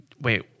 Wait